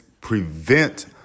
prevent